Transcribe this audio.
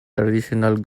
traditional